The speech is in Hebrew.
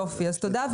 תודה.